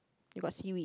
you got seaweed